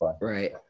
Right